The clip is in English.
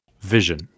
vision